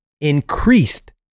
increased